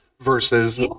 versus